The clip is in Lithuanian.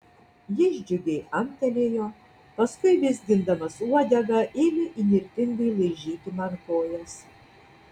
jis džiugiai amtelėjo paskui vizgindamas uodegą ėmė įnirtingai laižyti man kojas